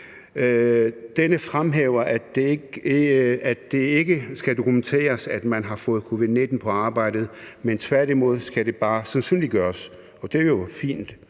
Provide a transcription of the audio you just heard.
Denne fremhæver, at det ikke skal dokumenteres, at man har fået covid-19 på arbejdet, men at det tværtimod bare skal sandsynliggøres, og det er jo fint.